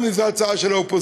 גם אם זו הצעה של האופוזיציה?